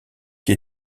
qui